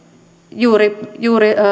juuri juuri